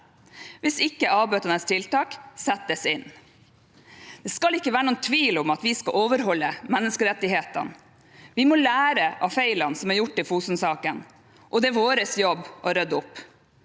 hvis ikke avbøtende tiltak settes inn. Det skal ikke være noen tvil om at vi skal overholde menneskerettighetene. Vi må lære av feilene som er gjort i Fosen-saken, og det er vår jobb å rydde opp.